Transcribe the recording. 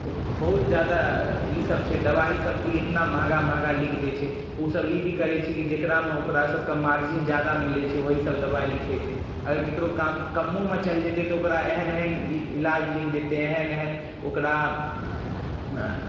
बहुत जादा ई सब छै दवाइ सभ भी एतना महगा महगा लिखि दै छै उ सब ई भी करा छै जेकरामे ओकरा सभके मार्जिन जादा मिलै छै वही सब दवाइ लिखै छै अगर केकरो काम कमोमे चलि जेतैय तऽ ओकरा एहन एहन इलाज लिखि देतै एहन एहन ओकरा